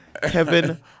Kevin